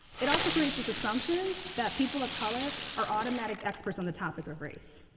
it also creates this assumption that people of color are automatic experts on the topic of race.